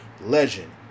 Legend